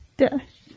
death